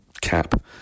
cap